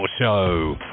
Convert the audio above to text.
Show